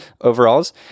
overalls